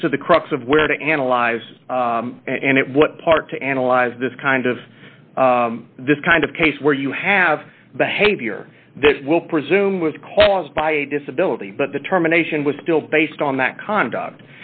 gets to the crux of where to analyze and it what part to analyze this kind of this kind of case where you have behavior that will presume was caused by a disability but determination was still based on that conduct